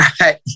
right